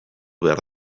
behar